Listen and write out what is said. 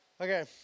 Okay